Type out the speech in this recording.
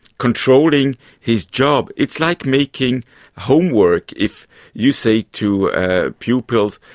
controlling his job. it's like making homework. if you say to ah pupils,